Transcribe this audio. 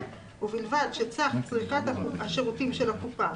ובלבד שסך צריכת השירותים של הקופה